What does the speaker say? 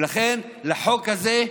ולכן, לחוק הזה,